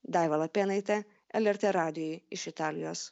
daiva lapėnaitė lrt radijui iš italijos